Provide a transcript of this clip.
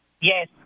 Yes